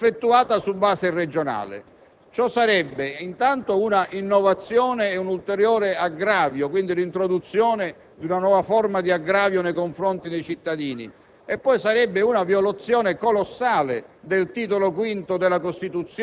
una nuova forma di tariffazione dello smaltimento dei rifiuti effettuata su base regionale. Ciò sarebbe, innanzi tutto, un'innovazione ed un ulteriore aggravio, cioè l'introduzione di una nuova forma di aggravio nei confronti dei cittadini,